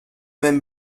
même